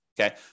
Okay